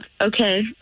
okay